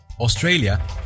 Australia